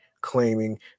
claiming